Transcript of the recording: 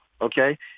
Okay